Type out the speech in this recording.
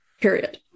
period